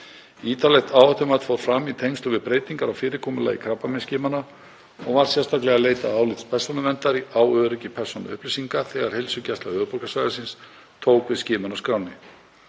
Ítarlegt áhættumat fór fram í tengslum við breytingar á fyrirkomulagi krabbameinsskimana og var sérstaklega leitað álits Persónuverndar á öryggi persónuupplýsinga þegar Heilsugæsla höfuðborgarsvæðisins tók við skimunarskránni.